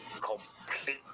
complete